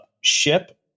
ship